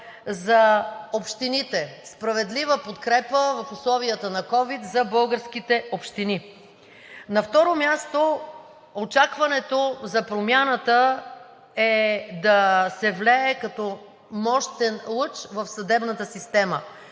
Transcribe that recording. за общините, справедлива подкрепа в условията на ковид за българските общини. На второ място, очакването за промяната е да се влее като мощен лъч в съдебната система,